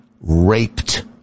raped